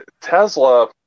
Tesla